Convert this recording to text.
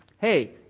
hey